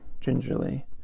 gingerly